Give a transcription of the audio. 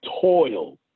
toil